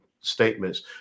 statements